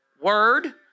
word